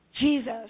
Jesus